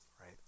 right